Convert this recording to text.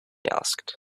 asked